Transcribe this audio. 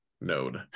node